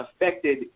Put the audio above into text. affected